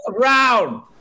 round